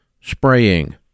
spraying